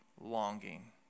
longing